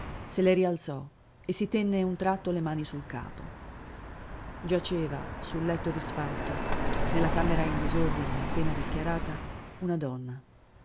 se le rialzò e si tenne un tratto le mani sul capo giaceva sul letto disfatto nella camera in disordine appena rischiarata una donna